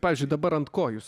pavyzdžiui dabar ant ko jūs